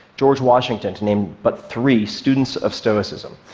george washington to name but three students of stoicism.